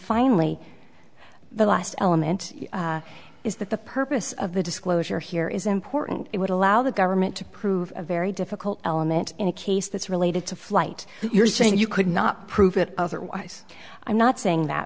finally the last element is that the purpose of the disclosure here is important it would allow the government to prove a very difficult element in a case that's related to flight you're saying you could not prove it otherwise i'm not saying that